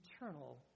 eternal